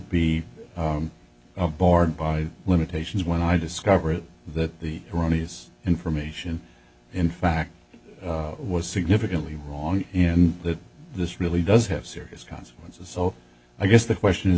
be barred by limitations when i discovered that the erroneous information in fact was significantly wrong and that this really does have serious consequences so i guess the question is